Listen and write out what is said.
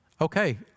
Okay